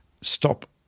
stop